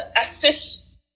assist